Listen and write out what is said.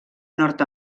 nord